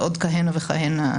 ועוד הכנה וכהנה.